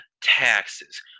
taxes